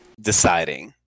deciding